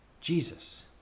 Jesus